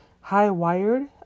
high-wired